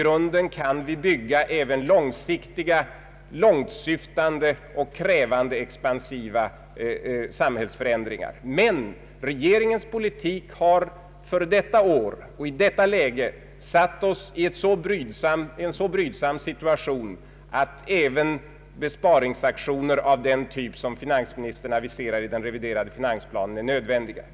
På den kan vi bygga även långsiktiga och krävande expansiva samhällsförändringar. Men regeringens politik har i år försatt oss i en så brydsam situation att även besparingsaktioner av den typ som finansministern aviserat i den reviderade finansplanen är nödvändiga.